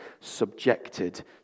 subjected